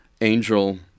Angel